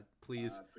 please